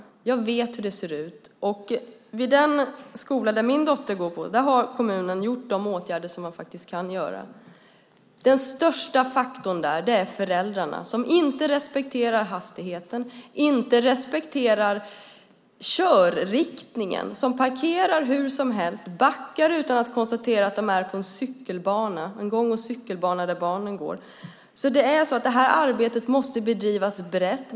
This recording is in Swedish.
Jag vet hur det ser ut. Vid den skola där min dotter går har kommunen gjort de åtgärder som man kan göra. Den största faktorn där är föräldrarna som inte respekterar hastigheten, inte respekterar körriktningen och parkerar hur som helst. De backar utan att konstatera att de är på en gång och cykelbana där barnen går. Detta arbete måste bedrivas brett.